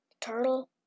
Turtle